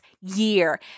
year